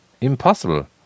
Impossible